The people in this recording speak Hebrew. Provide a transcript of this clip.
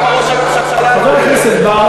למה ראש הממשלה לא אומר את זה?